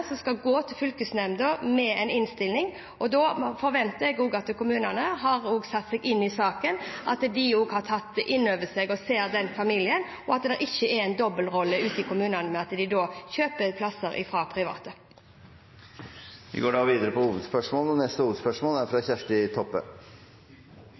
som skal gå til fylkesnemnda med en innstilling. Da forventer jeg at kommunene har satt seg inn i saken, at de også har tatt det inn over seg og ser den enkelte familie, og at det ikke er en dobbeltrolle ute i kommunene ved at de kjøper plasser fra private. Vi går videre til neste hovedspørsmål.